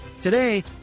Today